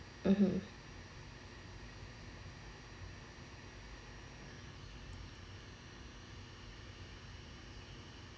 (uh huh)